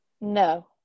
no